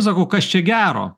sakau kas čia gero